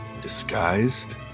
Disguised